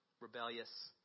Rebellious